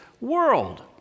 world